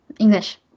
English